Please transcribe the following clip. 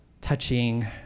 touching